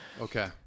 Okay